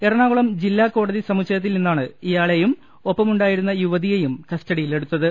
എറണാകുളം ജില്ലാ കോടതി സമുച്ചയത്തിൽനിന്നാണ് ഇയാളെയും ഒപ്പമുണ്ടായിരുന്ന യുവതിയെയും കസ്റ്റഡിയിലെടുത്തത്